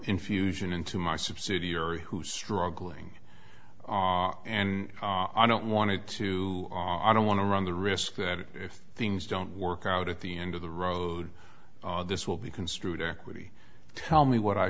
infusion into my subsidiary who's struggling and i don't want it to i don't want to run the risk that if things don't work out at the end of the road this will be construed equity tell me what i